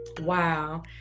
Wow